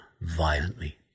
violently